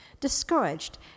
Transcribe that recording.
Discouraged